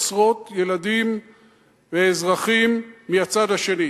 עשרות ילדים ואזרחים מהצד השני.